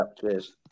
Cheers